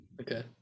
Okay